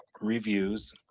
reviews